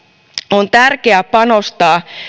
on tärkeää panostaa